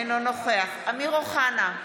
אינו נוכח אמיר אוחנה,